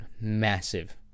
massive